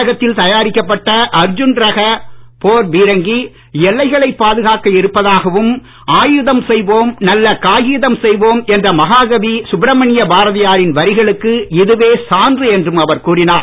தமிழகத்தில் தயாரிக்கப்பட்ட அர்ஜுன் ரக போர் பீரங்கி எல்லைகளை பாதுகாக்க இருப்பதாகவும் ஆயுதம் செய்வோம் நல்ல காகிதம் செய்வோம் என்ற மகாகவி சுப்ரமணிய பாரதியாரின் வரிகளுக்கு இதுவே சான்று என்றும் அவர் கூறினார்